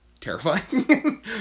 terrifying